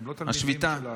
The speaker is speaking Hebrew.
הם לא תלמידים של השביתה,